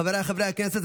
חבריי חברי הכנסת,